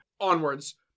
onwards